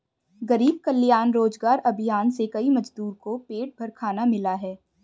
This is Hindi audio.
गरीब कल्याण रोजगार अभियान से कई मजदूर को पेट भर खाना मिला है